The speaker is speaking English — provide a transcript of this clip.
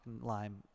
lime